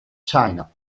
china